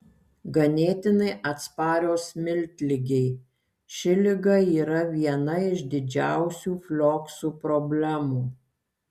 ganėtinai atsparios miltligei ši liga yra viena iš didžiausių flioksų problemų